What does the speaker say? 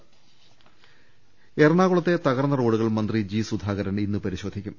ദർവ്വെടെ ദ എറണാകുളത്തെ തകർന്ന റോഡുകൾ മന്ത്രി ജി സുധാകരൻ ഇന്ന് പരി ശോധിക്കും